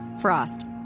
Frost